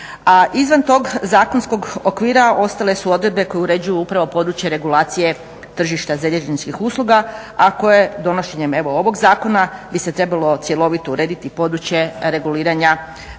izvan tog zakonskog okvira ostale su odredbe koje uređuju upravo područje regulacije tržišta željezničkih usluga a koje donošenjem evo ovog zakona bi se trebalo cjelovito urediti područje reguliranja tržišta